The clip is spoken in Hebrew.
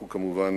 אנחנו כמובן